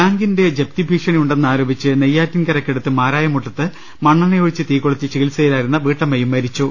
ബാങ്കിന്റെ ജപ്തി ഭീഷണിയുണ്ടെന്നാരോപിച്ച് നെയ്യാ റ്റിൻകരയ്ക്കടുത്ത് മാരായമുട്ടത്ത് മണ്ണെണ്ണയൊഴിച്ച് തീകൊളുത്തി ചികിത്സയിലായിരുന്ന അമ്മയും മരിച്ചു